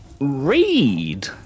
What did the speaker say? read